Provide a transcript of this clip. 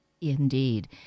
Indeed